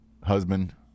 husband